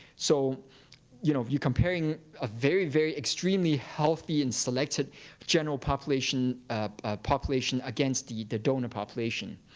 so you know you're comparing a very, very extremely healthy and selected general population ah population against the the donor population.